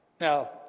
Now